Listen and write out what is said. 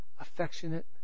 affectionate